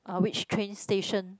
uh which train station